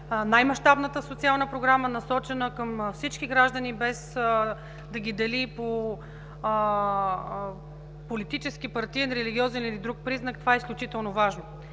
най-мащабната социална програма, насочена към всички граждани, без да ги дели по политически, партиен, религиозен или друг принцип. Това е изключително важно.